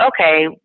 okay